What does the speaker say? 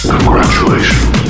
Congratulations